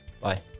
Bye